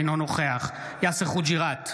אינו נוכח יאסר חוג'יראת,